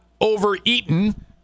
overeaten